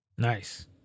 Nice